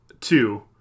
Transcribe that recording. Two